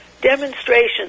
demonstrations